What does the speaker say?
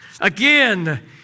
Again